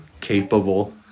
capable